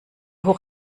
hoch